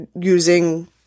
using